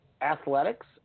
Athletics